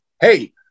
Hey